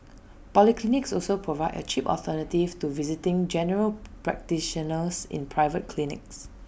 polyclinics also provide A cheap alternative to visiting general practitioners in private clinics